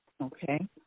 Okay